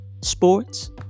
sports